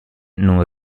non